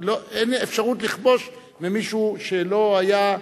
אין אפשרות לכבוש ממישהו שלא היה,